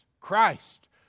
Christ